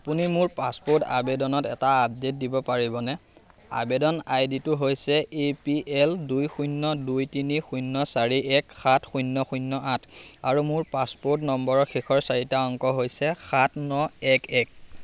আপুনি মোৰ পাছপ'ৰ্ট আবেদনত এটা আপডেট দিব পাৰিবনে আৱেদন আইডিটো হৈছে এ পি এল দুই শূন্য দুই তিনি শূন্য চাৰি এক সাত শূন্য শূন্য আঠ আৰু মোৰ পাছপ'ৰ্ট নম্বৰৰ শেষৰ চাৰিটা অংক হৈছে সাত ন এক এক